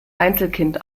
einzelkind